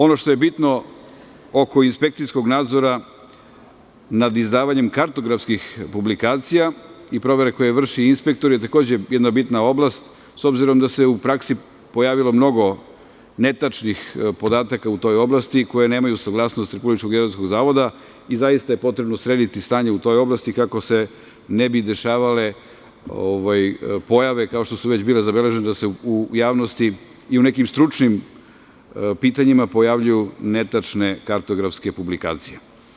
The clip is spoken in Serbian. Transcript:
Ono što je bitno oko inspekcijskog nadzora nad izdavanjem kartografskih publikacija i provere koje vrše inspektori je takođe jedna bitna oblast, s obzirom da se u praksi pojavilo mnogo netačnih podataka u toj oblasti, koje nemaju saglasnost Republičkog geodetskog zavoda i zaista je potrebno srediti stanje u toj oblasti kako se ne bi dešavale pojave kao što su već bile zabeležene, da se u javnosti i u nekim stručnim pitanjima pojavljuju netačne kartografske publikacije.